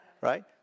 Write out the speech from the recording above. right